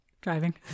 driving